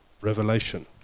revelation